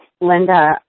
Linda